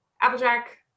Applejack